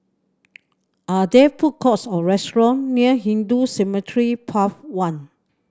are there food courts or restaurant near Hindu Cemetery Path One